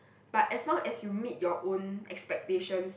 but as long as you meet your own expectations